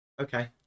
Okay